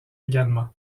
également